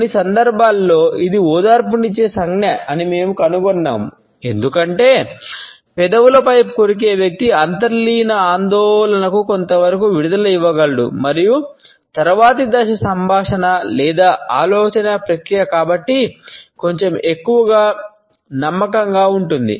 కొన్ని సందర్భాలలో ఇది ఓదార్పునిచ్చే సంజ్ఞ అని మేము కనుగొన్నాము ఎందుకంటే పెదవులపై కొరికే వ్యక్తి అంతర్లీన ఆందోళనకు కొంతవరకు విడుదల ఇవ్వగలడు మరియు తరువాతి దశ సంభాషణ లేదా ఆలోచన ప్రక్రియ కాబట్టి కొంచెం ఎక్కువ నమ్మకంగా ఉంటుంది